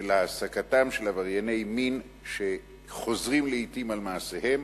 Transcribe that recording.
של העסקתם של עברייני מין שחוזרים לעתים על מעשיהם,